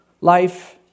life